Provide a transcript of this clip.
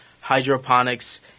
hydroponics